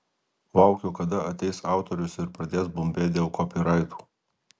laukiu kada ateis autorius ir pradės bumbėt dėl kopyraitų